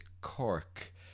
Cork